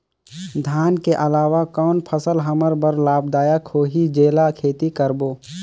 धान के अलावा कौन फसल हमर बर लाभदायक होही जेला खेती करबो?